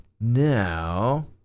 now